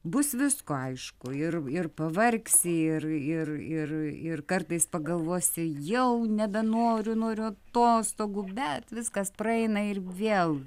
bus visko aišku ir ir pavargsi ir ir ir ir kartais pagalvosi jau nebenoriu noriu atostogų bet viskas praeina ir vėl